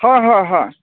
হয় হয় হয়